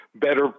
better